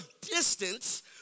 distance